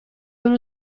uno